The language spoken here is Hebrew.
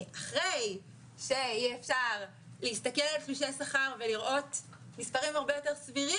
אחרי שיהיה אפשר להסתכל על תלושי שכר ולראות מספרים הרבה יותר סבירים,